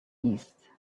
east